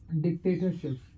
dictatorship